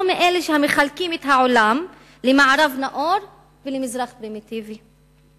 מאלה שמחלקים את העולם למערב נאור ולמזרח פרימיטיבי.